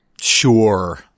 sure